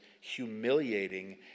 humiliating